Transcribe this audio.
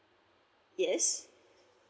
yes